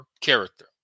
character